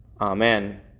Amen